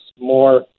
more